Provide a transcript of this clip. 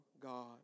God